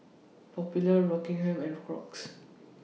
Popular Rockingham and Crocs